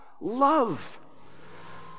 love